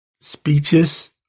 speeches